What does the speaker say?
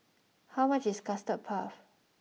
how much is Custard puff